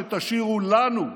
הבעיה היא הירושה הקשה שתשאירו לנו,